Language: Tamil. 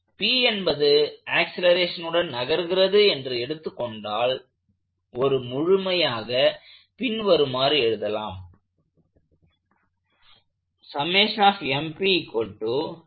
P என்பது ஆக்சலேரேஷனுடன் நகர்கிறது என்று எடுத்துக் கொண்டால் ஒரு முழுமையாக பின்வருமாறு எழுதலாம்